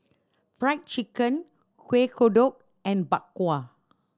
Fried Chicken Kueh Kodok and Bak Kwa